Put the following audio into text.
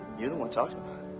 you're the one talking